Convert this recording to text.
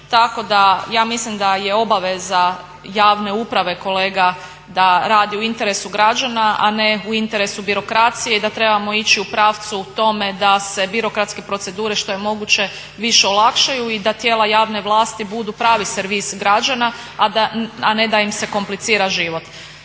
tako da ja mislim da je obaveza javne uprave kolega da radi u interesu građana, a ne u interesu birokracije i da trebamo ići u pravcu tome da se birokratske procedure što je moguće više olakšaju i da tijela javne vlasti budu pravi servis građana, a ne da im se komplicira život.